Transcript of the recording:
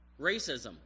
racism